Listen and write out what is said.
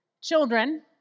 Children